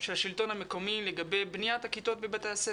של השלטון המקומי לגבי בניית הכיתות בבתי הספר.